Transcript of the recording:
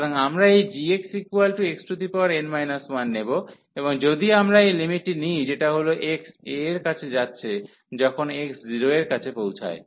সুতরাং আমরা এই gxxn 1 নেব এবং যদি আমরা এই লিমিটটি নিই যেটা হল x a এর কাছে যাচ্ছে যখন x 0 এর কাছে পৌঁছায়